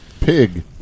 Pig